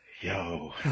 Yo